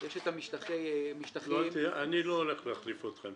יש את משטחי --- אני לא הולך להחליף אתכם,